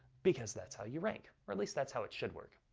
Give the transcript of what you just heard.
because that's how you rank. or at least that's how it should work.